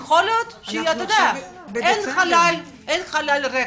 אין חלל ריק.